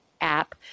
app